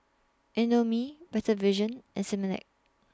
Indomie Better Vision and Similac